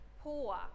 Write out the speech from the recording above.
poor